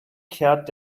kehrt